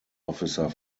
officer